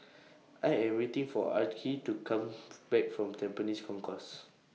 I Am waiting For Archie to Come Back from Tampines Concourse